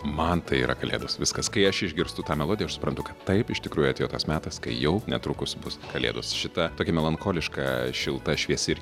man tai yra kalėdos viskas kai aš išgirstu tą melodiją aš suprantu kad taip iš tikrųjų atėjo tas metas kai jau netrukus bus kalėdos šita tokia melancholiška šilta šviesi ir